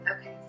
Okay